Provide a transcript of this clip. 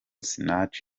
sinach